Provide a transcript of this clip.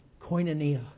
Koinonia